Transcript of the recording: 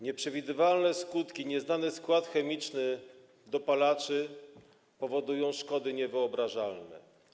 Nieprzewidywalne skutki, nieznany skład chemiczny dopalaczy powodują szkody niewyobrażalne.